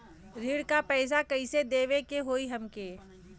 ऋण का पैसा कइसे देवे के होई हमके?